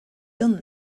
done